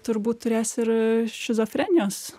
turbūt turės ir a šizofrenijos